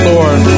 Lord